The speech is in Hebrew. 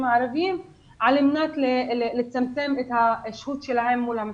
הערביים על מנת לצמצם את השהות שלהם מול המסכים.